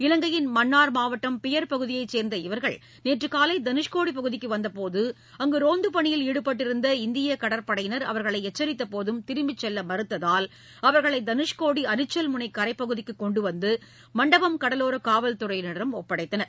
இலங்கையின் மன்னார் மாவட்டம் பியர் பகுதியைச் சேர்ந்த இவர்கள் நேற்று காலை தலுஷ்கோடி பகுதிக்கு வந்தபோது அங்கு ரோந்துப் பணியில் ஈடுபட்டிருந்த இந்தியக் கடற்படையினர் அவர்களை எச்சரித்தபோதும் திரும்பிச் செல்ல மறுத்ததால் அவர்களை தனுஷ்கோடி அரிச்சல்முளை கரைப்பகுதிக்கு கொண்டு வந்து மண்டபம் கடலோர காவல் துறையினரிடம் ஒப்படைத்தனர்